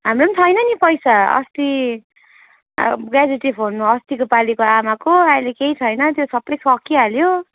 हाम्रो पनि छैन नि पैसा अस्ति अब ग्र्याजुटी फन्डमा अस्तिको पालिको आमाको अहिले केही छैन त्यो सबै सकिइहाल्यो